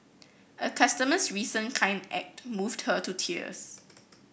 a customer's recent kind act moved her to tears